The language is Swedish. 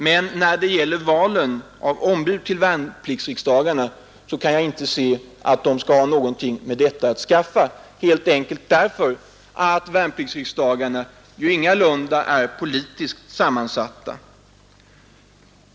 Men när det gäller valen av ombud till värnpliktsriksdagarna kan jag inte se att de har någonting med detta att skaffa, helt enkelt därför att värnpliktsriksdagarna inte är politiskt sammansatta.